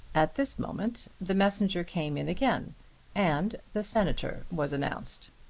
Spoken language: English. at this moment the messenger came in again and the senator was announced.